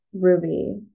Ruby